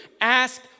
Ask